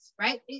right